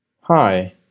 Hi